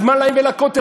אז מה להם ולכותל,